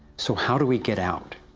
so, how do we get out?